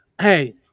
hey